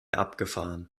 abgefahren